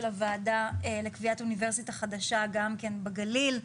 הוועדה לקביעת אוניברסיטה חדשה גם בגליל.